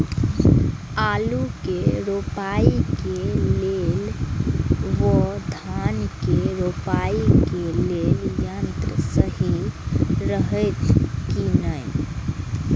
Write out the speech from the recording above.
आलु के रोपाई के लेल व धान के रोपाई के लेल यन्त्र सहि रहैत कि ना?